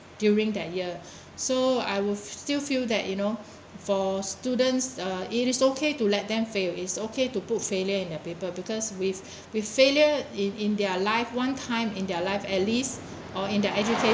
during that year so I will still feel that you know for students uh it is okay to let them fail is okay to put failure in the paper because with with failure in in their life one time in their life at least or in their